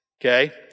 Okay